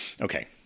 Okay